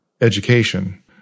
education